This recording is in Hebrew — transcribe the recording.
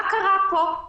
מה קרה פה?